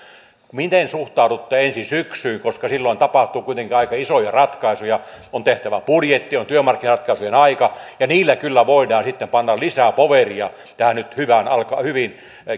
miten suhtaudutte ensi syksyyn koska silloin tapahtuu kuitenkin aika isoja ratkaisuja on tehtävä budjetti on työmarkkinaratkaisujen aika ja niillä kyllä voidaan sitten panna lisää poweria tähän nyt hyvin